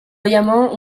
llamó